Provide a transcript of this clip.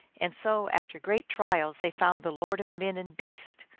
and so, after great trials, they found the lord of men and beasts,